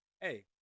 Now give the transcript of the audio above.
Hey